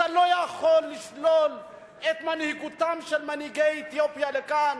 אתה לא יכול לשלול את מנהיגותם של מנהיגי אתיופיה כאן,